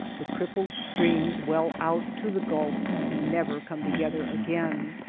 the crippled streams well out to the gulf and never come together again.